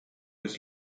was